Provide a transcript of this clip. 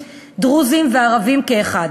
דרוזים וערבים כאחד.